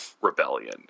rebellion